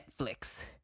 Netflix